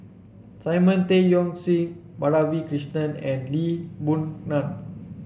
Simon Tay Seong Chee Madhavi Krishnan and Lee Boon Ngan